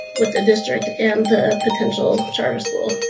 with the district and the potential charter school,